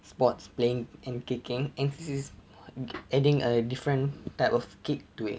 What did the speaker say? sports playing and kicking N_C_C is adding a different type of kick to it